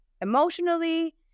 emotionally